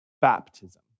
baptism